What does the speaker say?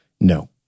No